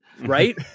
Right